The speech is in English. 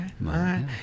right